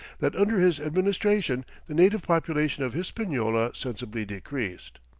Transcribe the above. that under his administration the native population of hispaniola, sensibly decreased.